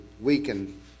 weaken